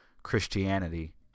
christianity